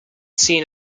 seen